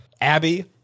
Abby